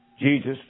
Jesus